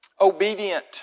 obedient